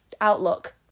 outlook